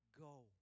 go